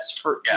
for-